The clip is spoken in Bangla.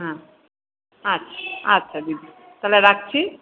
হ্যাঁ আচ্ছা আচ্ছা দিদি তাহলে রাখছি